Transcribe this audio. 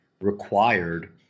required